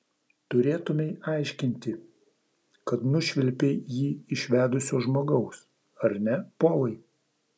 turėtumei aiškinti kad nušvilpei jį iš vedusio žmogaus ar ne polai